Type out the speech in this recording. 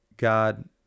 God